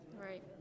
Right